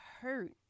hurt